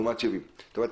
זאת אומרת,